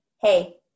Hey